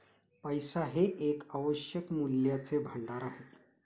पैसा हे एक आवश्यक मूल्याचे भांडार आहे